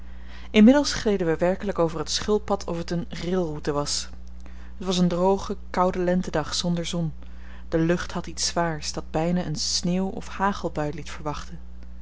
inmiddels gleden wij werkelijk over het schulppad of het eene railroute was het was een droge koude lentedag zonder zon de lucht had iets zwaars dat bijna een sneeuw of hagelbui liet verwachten